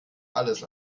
alles